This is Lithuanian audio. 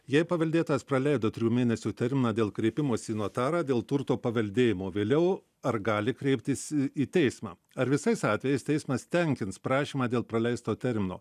jei paveldėtojas praleido trijų mėnesių terminą dėl kreipimosi į notarą dėl turto paveldėjimo vėliau ar gali kreiptis į teismą ar visais atvejais teismas tenkins prašymą dėl praleisto termino